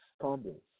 stumbles